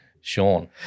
Sean